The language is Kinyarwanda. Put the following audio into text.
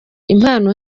impano